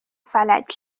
فلج